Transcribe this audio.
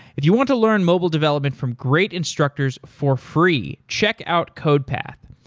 if you want to learn mobile development from great instructors for free, check out codepath.